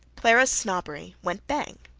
clara's snobbery went bang.